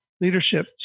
leadership